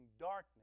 darkness